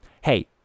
Hey